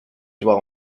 dwell